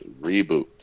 reboot